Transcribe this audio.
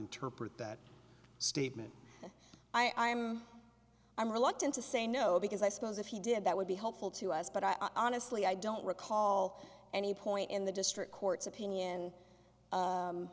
interpret that statement i am i'm reluctant to say no because i suppose if he did that would be helpful to us but i honestly i don't recall any point in the district court's opinion